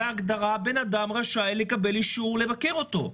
בהגדרה בן אדם רשאי לקבל אישור לבקר אותו.